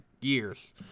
years